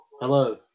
Hello